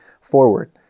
forward